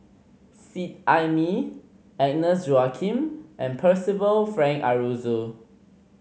Seet Ai Mee Agnes Joaquim and Percival Frank Aroozoo